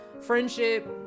friendship